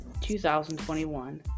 2021